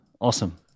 Awesome